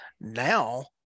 Now